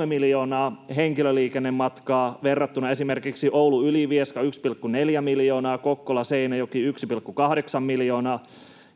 1,3 miljoonaa henkilöliikennematkaa verrattuna esimerkiksi Oulu—Ylivieska 1,4 miljoonaa, Kokkola—Seinäjoki 1,8 miljoonaa,